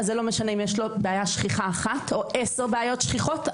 אז זה לא משנה אם יש לו בעיה שכיחה אחת או עשר בעיות שכיחות,